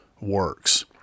works